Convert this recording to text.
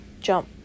jump